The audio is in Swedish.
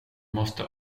måste